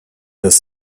das